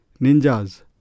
Ninjas